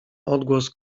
odgłos